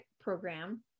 program